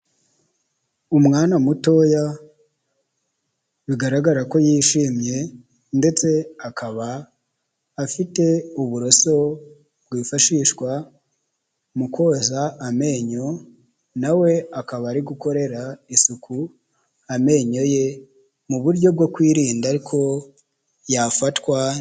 Umwana mutoya bigaragara ko yishimye ndetse akaba afite uburoso bwifashishwa mu koza amenyo, na we akaba ari gukorera isuku amenyo ye mu buryo bwo kwirinda ariko yafatwa.